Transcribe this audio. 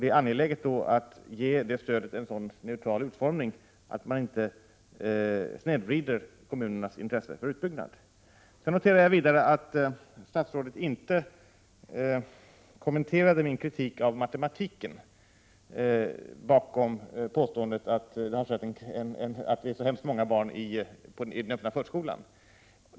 Det är då angeläget att ge stödet en så neutral utformning att man inte snedvrider kommunernas intresse för utbyggnad. Jag noterar vidare att statsrådet inte kommenterade min kritik av matematiken bakom påståendet att det finns så hemskt många barn i den öppna förskolan.